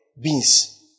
beans